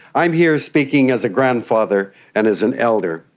i'm here speaking as a grandfather and as an elder.